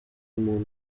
umuntu